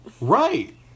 Right